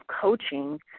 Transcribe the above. coaching